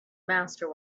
master